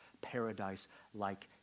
paradise-like